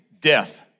death